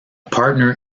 partner